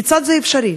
כיצד זה אפשרי,